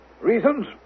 Reasons